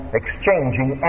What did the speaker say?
exchanging